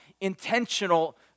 intentional